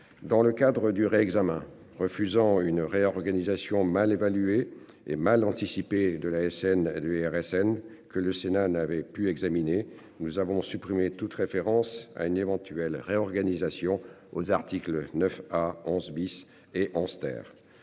Dans le cadre du ré-examen refusant une réorganisation mal évaluée et mal anticipé de l'ASN. IRSN que le Sénat n'avaient pu examiner nous avons supprimé toute référence à une éventuelle réorganisation aux articles 9 à 11 bis et en